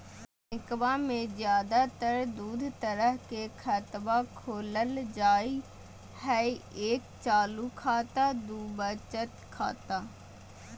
बैंकवा मे ज्यादा तर के दूध तरह के खातवा खोलल जाय हई एक चालू खाता दू वचत खाता